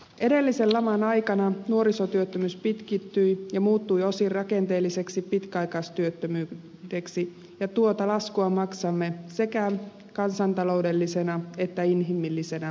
edellisen laman aikana nuorisotyöttömyys pitkittyi ja muuttui osin rakenteelliseksi pitkäaikaistyöttömyydeksi ja tuota laskua maksamme sekä kansantaloudellisena että inhimillisenä kärsimyksenä